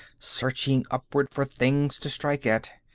searching upward for things to strike at.